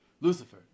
Lucifer